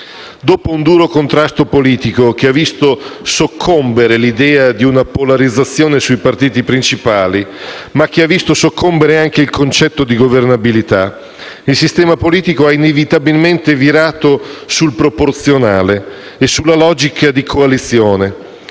Dopo un duro contrasto politico, che ha visto soccombere l'idea di una polarizzazione sui partiti principali, ma anche il concetto di governabilità, il sistema politico ha inevitabilmente virato sul proporzionale e sulla logica di coalizione,